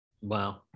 Wow